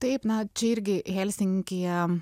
taip na čia irgi helsinkyje